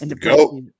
Go